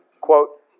quote